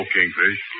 Kingfish